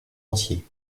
entier